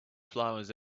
flowers